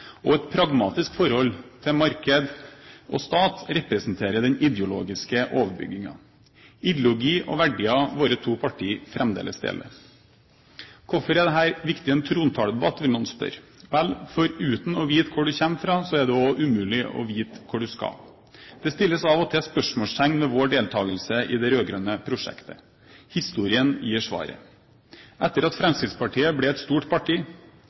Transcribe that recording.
og et pragmatisk forhold til marked og stat representerer den ideologiske overbygningen. Dette er ideologi og verdier våre to partier fremdeles deler. Hvorfor er dette viktig i en trontaledebatt, vil noen spørre. Vel – uten å vite hvor man kommer fra, er det umulig å vite hvor man skal. Det stilles av og til spørsmål ved vår deltakelse i det rød-grønne prosjektet. Historien gir svaret. Etter at Fremskrittspartiet ble et stort parti